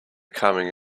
coming